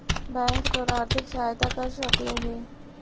bank तोर आर्थिक सहायता कर सकलो हे